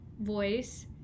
voice